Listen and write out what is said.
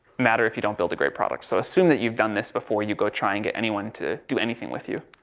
matter if you don't build a great product. so assume that you've done this before you go try and get anyone to do anything with you.